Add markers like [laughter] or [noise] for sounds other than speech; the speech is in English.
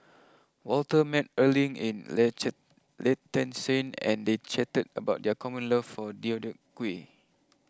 Walter met Erling in [unintelligible] Liechtenstein and they chatted about their common love for Deodeok Gui